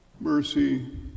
Mercy